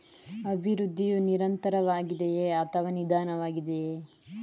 ಅಭಿವೃದ್ಧಿಯು ನಿರಂತರವಾಗಿದೆಯೇ ಅಥವಾ ನಿಧಾನವಾಗಿದೆಯೇ?